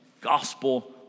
gospel